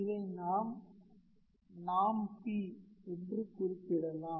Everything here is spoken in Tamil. இதை நாம் ||𝑃|| என்றும் குறிப்பிடலாம்